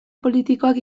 politikoak